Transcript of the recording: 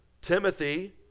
Timothy